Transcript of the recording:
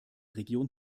region